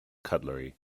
cutlery